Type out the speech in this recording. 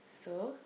so